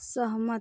सहमत